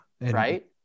Right